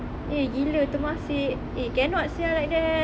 eh gila temasek eh cannot sia like that